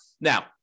Now